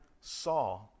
saw